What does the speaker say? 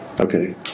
Okay